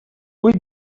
buit